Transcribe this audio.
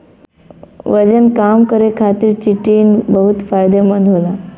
वजन कम करे खातिर चिटिन बहुत फायदेमंद होला